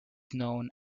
known